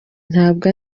ntabwo